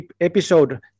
episode